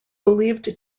believed